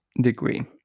degree